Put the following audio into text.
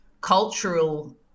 cultural